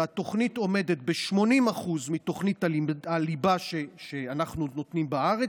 שהתוכנית עומדת ב-80% מתוכנית הליבה שאנחנו נותנים בארץ,